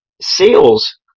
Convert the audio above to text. sales